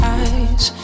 eyes